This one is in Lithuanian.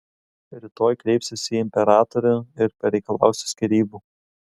rytoj kreipsiuosi į imperatorių ir pareikalausiu skyrybų